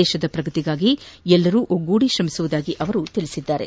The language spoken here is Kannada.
ದೇಶದ ಪ್ರಗತಿಗಾಗಿ ಎಲ್ಲರೂ ಒಗ್ಗೂಡಿ ಶ್ರಮಿಸುವುದಾಗಿ ಅವರು ತಿಳಿಸಿದ್ದಾರೆ